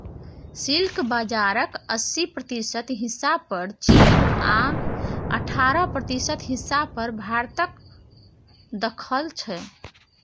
silk बजारक अस्सी प्रतिशत हिस्सा पर चीन आ अठारह प्रतिशत हिस्सा पर भारतक दखल छै